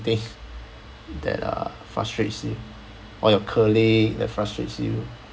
anything that uh frustrates you or your colleague that frustrates you